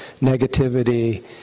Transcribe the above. negativity